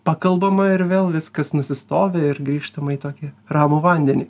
pakalbama ir vėl viskas nusistovi ir grįžtama į tokį ramų vandenį